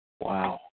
Wow